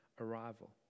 arrival